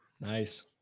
Nice